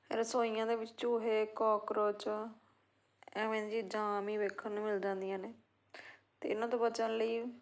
ਰਸੋਈਆਂ ਦੇ ਵਿੱਚ ਚੂਹੇ ਕੋਕਰੋਚ ਐਵੇਂ ਦੀ ਚੀਜ਼ਾਂ ਆਮ ਹੀ ਵੇਖਣ ਨੂੰ ਮਿਲ ਜਾਂਦੀਆਂ ਨੇ ਅਤੇ ਇਹਨਾਂ ਤੋਂ ਬਚਣ ਲਈ